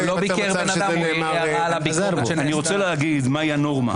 אני רוצה לומר מהי הנורמה.